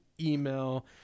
email